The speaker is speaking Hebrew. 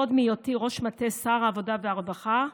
עוד מהיותי ראש מטה שר העבודה והרווחה,